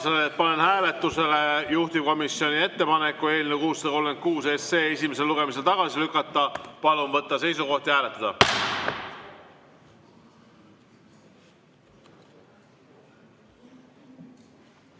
panen hääletusele juhtivkomisjoni ettepaneku eelnõu 636 esimesel lugemisel tagasi lükata. Palun võtta seisukoht ja hääletada!